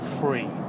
free